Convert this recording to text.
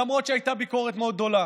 למרות שהייתה ביקורת מאוד גדולה.